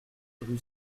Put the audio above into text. rue